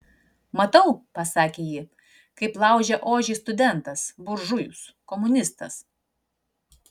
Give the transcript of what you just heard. matau pasakė ji kaip laužia ožį studentas buržujus komunistas